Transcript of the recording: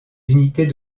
unités